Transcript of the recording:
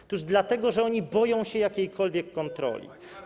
Otóż dlatego, że oni boją się jakiejkolwiek kontroli.